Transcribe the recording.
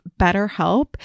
BetterHelp